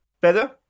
better